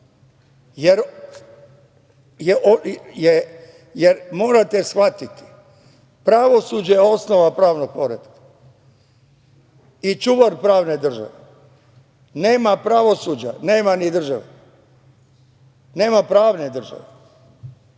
jer morate shvatiti pravosuđe je osnova pravnog poretka i čuvar pravne države. Nema pravosuđa, nema ni države, nema pravne države.